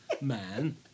man